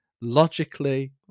Logically